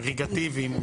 אגרגטיביים.